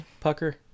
Pucker